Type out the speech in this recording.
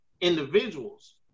individuals